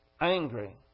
angry